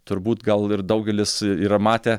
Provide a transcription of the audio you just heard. turbūt gal ir daugelis yra matę